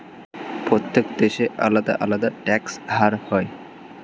প্রত্যেক দেশে আলাদা আলাদা ট্যাক্স হার হয়